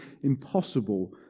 impossible